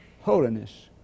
Holiness